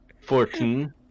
Fourteen